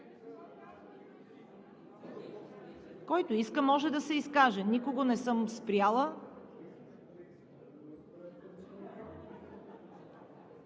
Който иска, може да се изкаже. Никого не съм спряла.